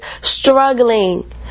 struggling